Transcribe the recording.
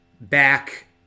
back